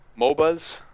MOBAs